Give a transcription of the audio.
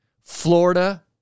Florida